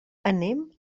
anem